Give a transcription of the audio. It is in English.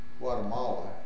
Guatemala